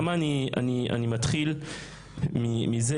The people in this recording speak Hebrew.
למה אני מתחיל מזה?